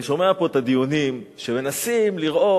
אני שומע פה את הדיונים שמנסים לראות,